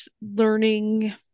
learning